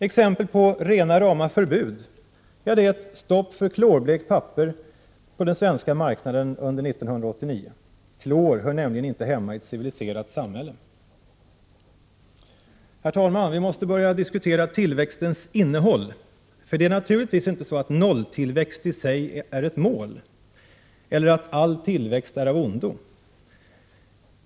Exempel på förbud är ett stopp för klorblekt papper på den svenska marknaden under 1989. Klor hör nämligen inte hemma i ett civiliserat samhälle. Herr talman! Vi måste börja diskutera tillväxtens innehåll. För det är naturligtvis inte så att nolltillväxt i sig är ett mål, eller att all tillväxt är av ondo.